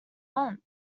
month